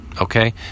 Okay